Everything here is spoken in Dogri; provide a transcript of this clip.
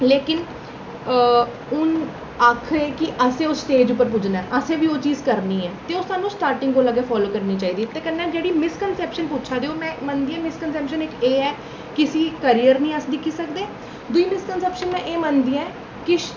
लेकिन हून आखने कि असें उस स्टेज उप्पर पुज्जना ऐ असें बी ओह् चीज करनी ऐ ते ओह् सानू स्टार्टिंग कोला गै फालो करनी चाहिदी ते कन्नै जेह्ड़ी मिस कनशैप्शन पुच्छै दे ओ मैं मन्नदी आं कि मिस कनशैप्शन इक एह् कि इस कैरियर नेईं अस दिक्खी सकदे दूई मिस कनशैप्शन मैं एह् मन्नदी आं कि